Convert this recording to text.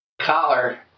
collar